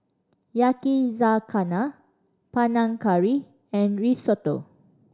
Yakizakana Panang Curry and Risotto